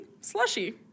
slushy